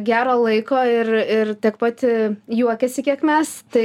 gero laiko ir ir tiek pat juokėsi kiek mes tai